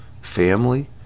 family